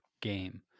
game